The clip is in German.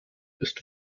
ist